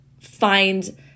find